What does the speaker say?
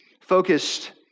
focused